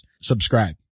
subscribe